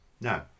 No